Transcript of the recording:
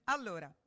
Allora